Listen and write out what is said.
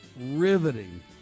riveting